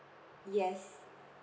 yes